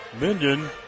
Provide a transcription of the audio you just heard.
Minden